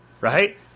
Right